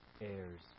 heirs